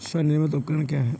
स्वनिर्मित उपकरण क्या है?